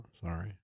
sorry